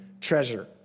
treasure